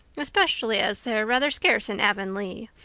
especially as they're rather scarce in avonlea.